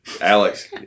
Alex